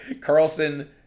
Carlson